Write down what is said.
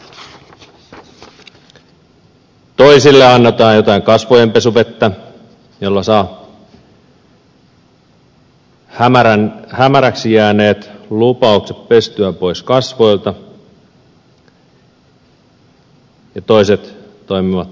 toisille annetaan jotain kasvojenpesuvettä jolla saa hämäräksi jääneet lupaukset pestyä pois kasvoilta ja toiset toimivat suoraselkäisesti